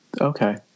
Okay